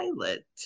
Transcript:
pilot